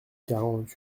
quarante